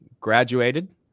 graduated